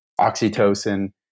Oxytocin